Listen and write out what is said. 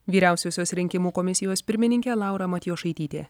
vyriausiosios rinkimų komisijos pirmininkė laura matijošaitytė